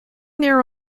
there